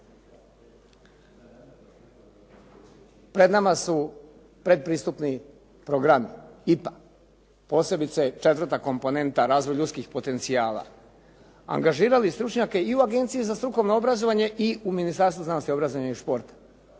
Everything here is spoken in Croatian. pred nama su pretpristupni programi IPA, posebice četvrta komponenta razvoj ljudskih potencijala. Angažirali stručnjake i u Agenciji za strukovno obrazovanje i u Ministarstvu znanosti, obrazovanja i športa.